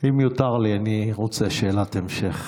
אם יותר לי, אני רוצה שאלת המשך